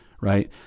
right